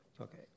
Okay